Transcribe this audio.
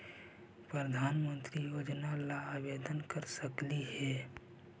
प्रधानमंत्री योजना ला आवेदन कर सकली हे?